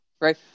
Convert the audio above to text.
Right